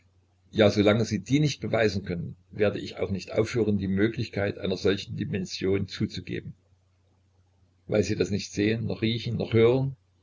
ja so lange sie die nicht beweisen können werd ich auch nicht aufhören die möglichkeit einer solchen dimension zuzugeben weil sie das nicht sehen noch riechen noch hören